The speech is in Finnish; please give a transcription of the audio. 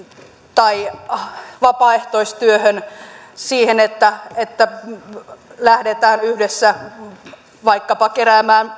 tai vapaaehtoistyöhön että että lähdetään yhdessä vaikkapa keräämään